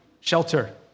shelter